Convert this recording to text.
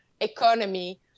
economy